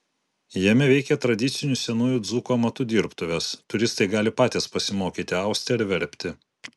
jame veikia tradicinių senųjų dzūkų amatų dirbtuvės turistai gali patys pasimokyti austi ar verpti